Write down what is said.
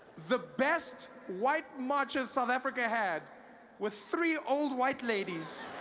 the best white marchers south africa had was three old white ladies